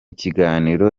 kiganiro